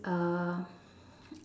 uh